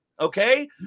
okay